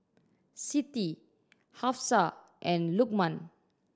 Siti Hafsa and Lukman